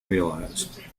realised